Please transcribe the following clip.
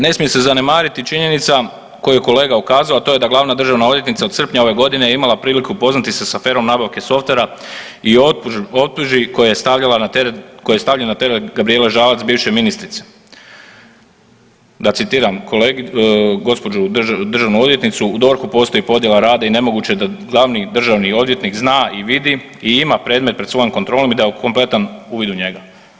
Ne smije se zanemariti činjenica na koju je kolega ukazao, a to je da glavna državna odvjetnica od srpnje ove godine je imala priliku upoznati se s aferom nabavke softvera i optužbi koje je stavljena na teret Gabrijele Žalac bivše ministrice, da citiram gospođu državnu odvjetnicu „U DORH-u postoji podjela rada i nemoguće da glavni državni odvjetnik zna i vidi i ima predmet pred svojom kontrolom i da kompletan uvid u njega“